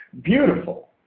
beautiful